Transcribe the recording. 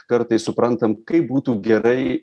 kartais suprantam kaip būtų gerai